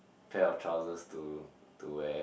pair of trousers to to wear